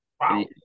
Wow